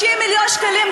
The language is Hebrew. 30 מיליון שקלים,